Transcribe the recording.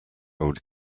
old